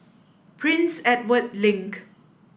Prince Edward Link